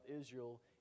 Israel